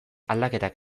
aldaketak